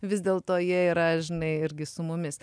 vis dėlto jie yra žinai irgi su mumis